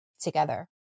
together